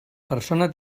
persona